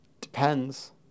depends